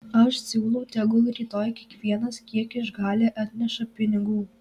aš siūlau tegul rytoj kiekvienas kiek išgali atneša pinigų